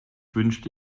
wünschte